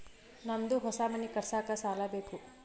ನಂದು ಹೊಸ ಮನಿ ಕಟ್ಸಾಕ್ ಸಾಲ ಬೇಕು